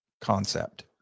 concept